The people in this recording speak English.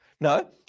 No